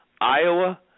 Iowa